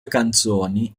canzoni